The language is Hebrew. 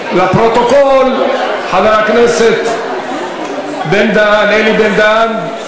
הצעת החוק עברה בקריאה טרומית ותועבר לוועדת העבודה,